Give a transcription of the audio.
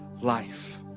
life